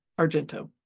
argento